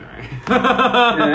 seventh ah okay okay okay